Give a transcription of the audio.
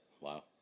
Wow